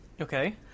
Okay